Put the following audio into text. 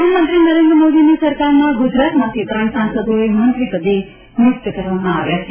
પ્રધાનમંત્રી નરેન્દ્ર મોદીની સરકારમાં ગુજરાતમાંથી ત્રણ સાંસદોને મંત્રીપદે નિયુક્ત કરવામાં આવ્યા છે